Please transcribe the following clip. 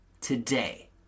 today